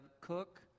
cook